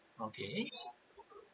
okay